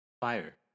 fire